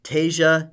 Tasia